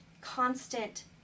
constant